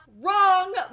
Wrong